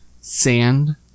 sand